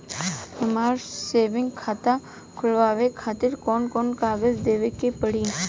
हमार सेविंग खाता खोलवावे खातिर कौन कौन कागज देवे के पड़ी?